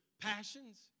passions